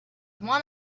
one